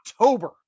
October